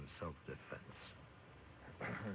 self-defense